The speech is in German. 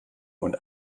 und